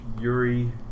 Yuri